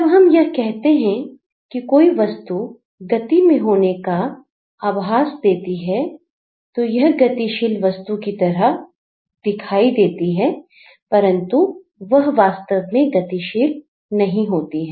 जब हम यह कहते हैं कि कोई वस्तु गति में होने का आभास देती है तो यह गतिशील वस्तु की तरह दिखाई देती है किंतु वह वास्तव में गतिशील नहीं होती है